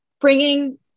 bringing